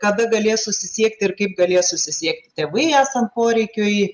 kada galės susisiekti ir kaip galės susisiekti tėvai esant poreikiui